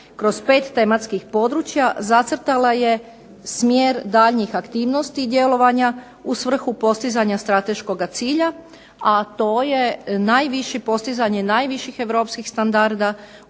kroz 5 tematskih područja zacrtala je smjer daljnjih aktivnosti djelovanja u svrhu postizanja strateškoga cilja, a to je najviši, postizanje najviših europskih standarda